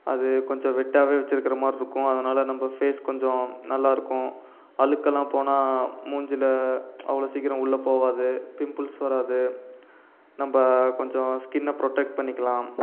அது கொஞ்சம் வெட்டாகவே வச்சிருக்கிற மாதிரி இருக்கும் அதனால நம்ம ஃபேஸ் கொஞ்சம் நல்லா இருக்கும் அழுக்கெலாம் போனால் மூஞ்சியில் அவ்வளோ சீக்கிரம் உள்ளே போகாது பிம்பிள்ஸ் வராது நம்ம கொஞ்சம் ஸ்கின்னை ப்ரொடெக்ட் பண்ணிக்கலாம்